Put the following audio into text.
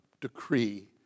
decree